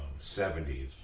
70s